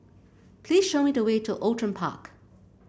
please show me the way to Outram Park